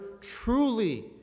truly